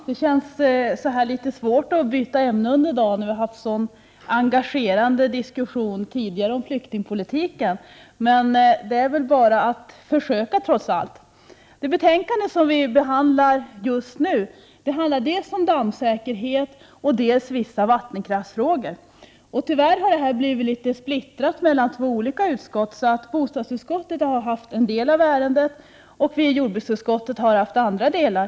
Herr talman! Det känns litet svårt att byta ämne när vi tidigare under dagen haft en sådan engagerande diskussion om flyktingpolitiken, men jag får försöka trots allt. Det betänkande vi nu behandlar rör dels vissa dammsäkerhetsfrågor, dels vissa vattenkraftsfrågor. Tyvärr har behandlingen av dessa frågor blivit splittrad mellan två olika utskott. Bostadsutskottet har behandlat en del av 9” dessa ärenden, medan vi i jordbruksutskottet har behandlat andra delar.